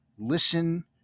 listen